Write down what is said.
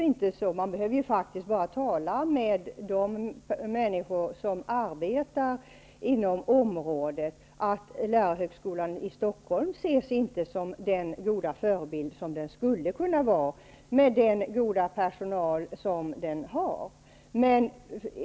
Vi behöver bara tala med de människor som arbetar inom området för att få veta att lärarhögskolan i Stockholm inte ses som den goda förebild som den skulle kunna vara med den goda personal som den har.